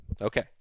Okay